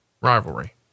rivalry